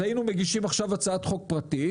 אז היינו מגישים עכשיו הצעת חוק פרטית,